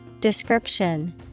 Description